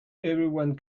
everyone